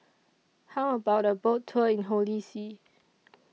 How about A Boat Tour in Holy See